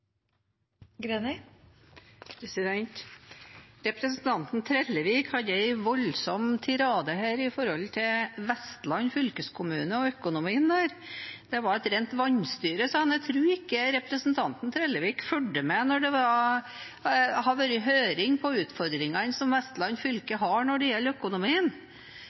Representanten Trellevik hadde en voldsom tirade om Vestland fylkeskommune og økonomien der. Det var et rent «vanstyre», sa han. Jeg tror ikke representanten Trellevik har fulgt med når det har vært høring på utfordringene som Vestland fylke har når det gjelder økonomien,